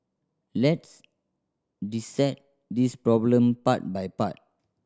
let's dissect this problem part by part